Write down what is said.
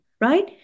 right